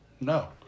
No